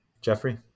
Jeffrey